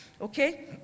okay